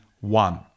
one